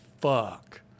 fuck